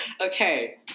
okay